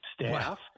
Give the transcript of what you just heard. staff